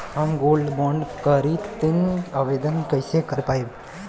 हम gold bond करतिं आवेदन कइसे कर पाइब?